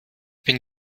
bin